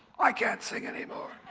i can't sing anymore.